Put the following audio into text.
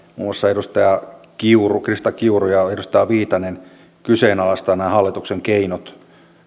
muassa edustaja krista kiuru ja edustaja viitanen kyseenalaistavat nämä hallituksen keinot